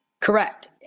Correct